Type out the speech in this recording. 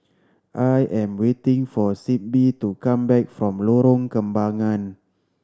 I am waiting for Sibbie to come back from Lorong Kembangan